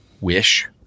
wish